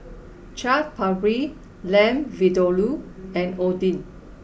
Chaat Papri Lamb Vindaloo and Oden